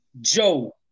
Joe